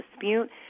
dispute